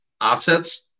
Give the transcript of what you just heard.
assets